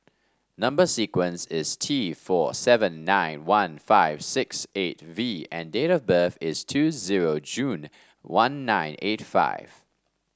number sequence is T four seven nine one five six eight V and date of birth is two zero June one nine eight five